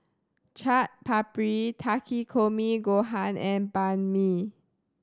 Chaat Papri Takikomi Gohan and Banh Mi